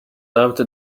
out